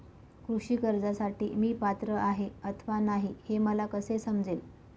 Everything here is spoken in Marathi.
कृषी कर्जासाठी मी पात्र आहे अथवा नाही, हे मला कसे समजेल?